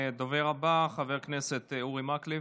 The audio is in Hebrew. הדובר הבא, חבר הכנסת אורי מקלב.